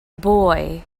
boy